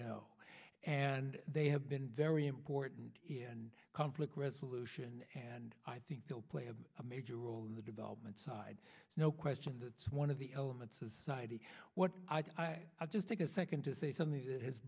know and they have been very important and conflict resolution and i think they'll play a major role in the development side no question that's one of the elements of society what i do i'll just take a second to say something that has